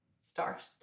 start